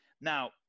now